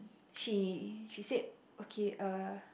she she said okay uh